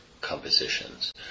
compositions